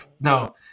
No